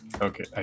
Okay